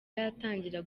yatangira